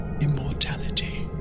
immortality